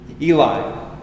Eli